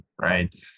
right